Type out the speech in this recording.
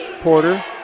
Porter